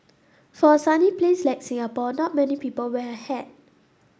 for a sunny place like Singapore not many people wear a hat